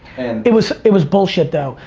it was it was bullshit though.